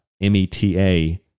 M-E-T-A